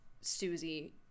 susie